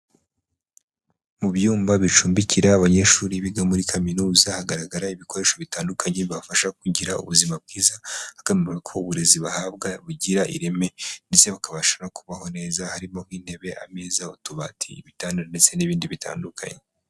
Mu byumba bicumbikira abanyeshuri biga muri Kaminuza hagaragara ibikoresho bitandukanye bibafasha kugira ubuzima bwiza hagamijwe ko uburezi bahabwa bugira ireme ndetse bakabasha no kubaho neza. Harimo nk'intebe, ameza, utubati, Ibitanda ndetse n'ibindi bitandukanye.